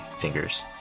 fingers